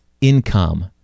income